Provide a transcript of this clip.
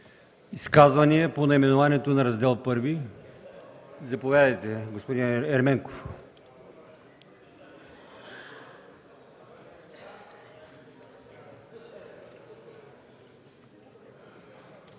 изказвания по наименованието на Раздел І? Заповядайте, господин Ерменков.